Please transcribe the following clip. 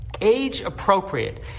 age-appropriate